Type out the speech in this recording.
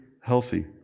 healthy